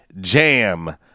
Jam